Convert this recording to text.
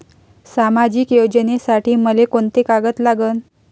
सामाजिक योजनेसाठी मले कोंते कागद लागन?